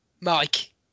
Mike